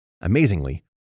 Amazingly